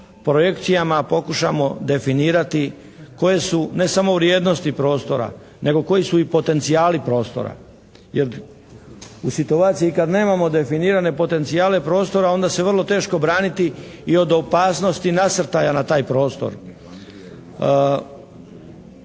projekcijama pokušamo definirati koje su ne samo vrijednosti prostora nego koji su i potencijali prostora. Jer u situaciji kad nemamo definirane potencijale prostora onda se vrlo teško braniti i od opasnosti nasrtaja na taj prostor.